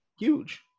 huge